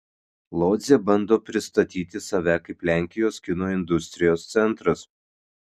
lodzė bando pristatyti save kaip lenkijos kino industrijos centras